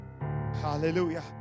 Hallelujah